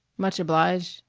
much obliged,